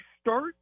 start